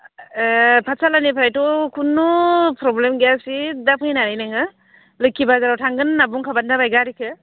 पाथसालानिफ्रायथ' कुनु प्रब्लेम गैया सिदा फैनानै नोङो लोक्षी बाजाराव थांगोन होनना बुंखाबानो जाबाय गारिखौ